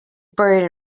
buried